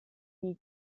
die